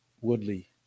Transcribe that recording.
Woodley